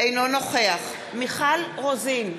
אינו נוכח מיכל רוזין,